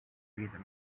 reason